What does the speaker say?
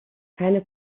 keine